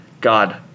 God